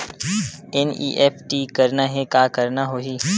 NEFT करना हे का करना होही?